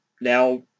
Now